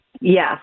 Yes